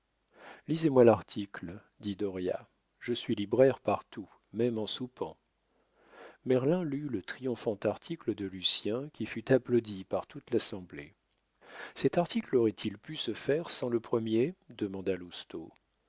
lisez moi l'article dit dauriat je suis libraire partout même en soupant merlin lut le triomphant article de lucien qui fut applaudi par toute l'assemblée cet article aurait-il pu se faire sans le premier demanda